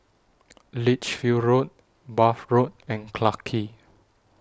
Lichfield Road Bath Road and Clarke Quay